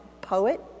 poet